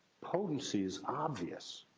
potency is obvious.